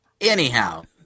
Anyhow